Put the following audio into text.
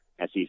SEC